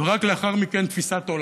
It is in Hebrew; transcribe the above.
ורק לאחר מכן תפיסת עולם,